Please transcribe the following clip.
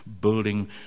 building